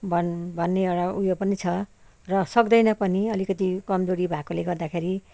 भन भन्ने एउटा उयो पनि छ र सक्दैन पनि अलिकति कम्जोरी भएकोले गर्दाखेरि